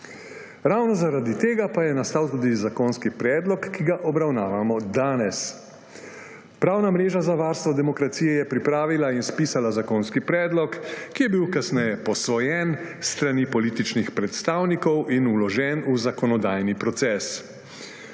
Ravno zaradi tega pa je nastal tudi zakonski predlog, ki ga obravnavamo danes. Pravna mreža za varstvo demokracije je pripravila in spisala zakonski predlog, ki je bil kasneje posvojen s strani političnih predstavnikov in vložen v zakonodajni proces.